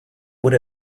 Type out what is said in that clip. would